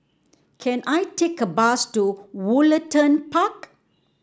can I take a bus to Woollerton Park